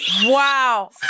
Wow